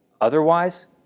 Otherwise